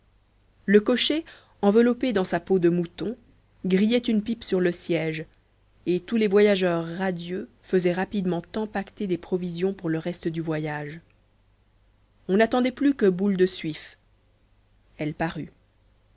le cocher enveloppé dans sa peau de mouton grillait une pipe sur le siège et tous les voyageurs radieux faisaient rapidement empaqueter des provisions pour le reste du voyage on n'attendait plus que boule de suif elle parut